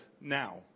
now